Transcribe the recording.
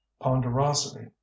ponderosity